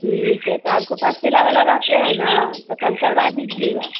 ठीक है तो आपको पास ठेला वेला रहते है न तो कम करवा दीजिएगा